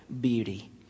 beauty